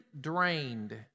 drained